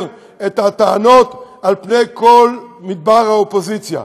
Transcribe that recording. את הטענות על פני כל מדבר האופוזיציה.